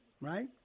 right